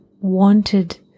wanted